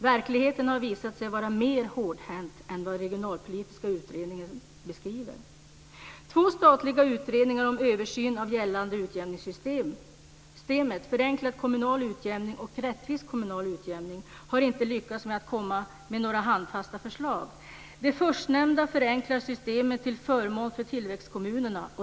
Verkligheten har visat sig vara mer hårdhänt än vad den regionalpolitiska utredningen beskriver. Två statliga utredningar om översyn av gällande utjämningssystem, Förenklad kommunal utjämning och Rättvis kommunal utjämning, har inte lyckats komma med några handfasta förslag. Den förstnämnda utredningen förenklar systemet till förmån för tillväxtkommunerna.